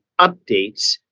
updates